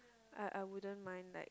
I I wouldn't mind like